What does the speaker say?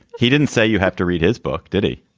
he didn't say you have to read his book did he